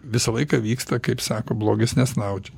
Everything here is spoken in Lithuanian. visą laiką vyksta kaip sako blogis nesnaudžia